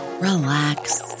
relax